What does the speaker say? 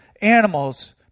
animals